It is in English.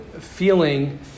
feeling